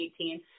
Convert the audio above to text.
2018